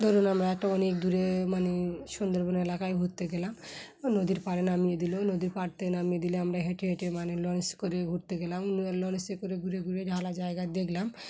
ধরুন আমরা এখন অনেক দূরে মানে সুন্দরবনের এলাকায় ঘুরতে গেলাম নদীর পাড়ে নামিয়ে দিলো নদীর পাড়তে নামিয়ে দিলে আমরা হেঁটে হেঁটে মানে লঞ্চ করে ঘুরতে গেলাম লঞ্চে করে ঘুরে ঘুরে ঢালা জায়গা দেখলাম